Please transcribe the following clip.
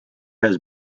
has